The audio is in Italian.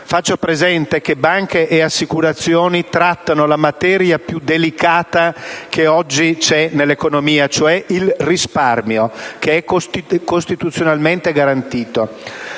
Faccio presente che banche e assicurazioni trattano la materia più delicata oggi presente nell'economia, ossia il risparmio, che è costituzionalmente garantito.